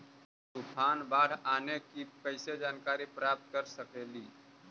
तूफान, बाढ़ आने की कैसे जानकारी प्राप्त कर सकेली?